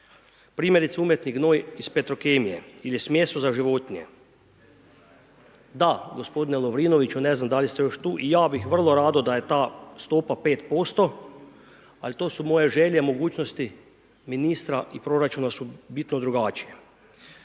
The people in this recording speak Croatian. primjerice umjetni gnoj iz Petrokemije ili smjesu za životinje. Da, gospodine Lovrinoviću, ne znam da li ste još tu, i ja bih vrlo rado da je ta stopa 5%, ali to su moje želje, mogućnosti ministra i proračuna su bitno drugačije.